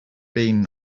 been